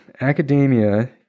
Academia